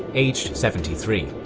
aged seventy three.